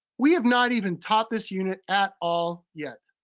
we have not even taught this unit at all yet.